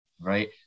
right